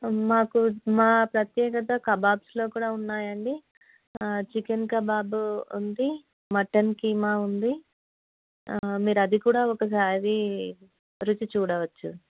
మాకు మా ప్రత్యేకత కబాబ్స్లో కూడా ఉన్నాయండి చికెన్ కబాబు ఉంది మటన్ కీమా ఉంది మీరు అది కూడా ఒకసారి రుచి చూడవచ్చు